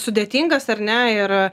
sudėtingas ar ne ir